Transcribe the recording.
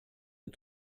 est